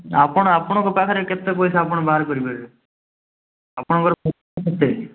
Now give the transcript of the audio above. ଆପଣ ଆପଣଙ୍କ ପାଖରେ କେତେ ପଇସା ଆପଣ ବାହାର କରିପାରିବେ ଆପଣଙ୍କର ପଇସା କେତେ